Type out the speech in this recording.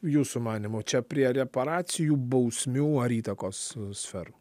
jūsų manymu čia prie reparacijų bausmių ar įtakos sferų